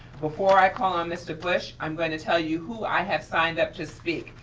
before i call on this to push, i'm gonna tell you who i have signed up to speak,